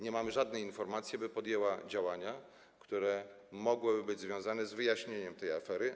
Nie mamy żadnej informacji, by podjęła ona działania, które mogłyby być związane z wyjaśnieniem tej afery.